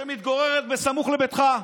שמתגוררת בסמוך לביתך.